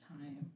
time